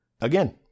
Again